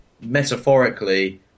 Metaphorically